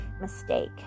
mistake